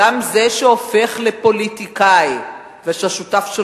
גם זה שהופך לפוליטיקאי ושהשותף שלו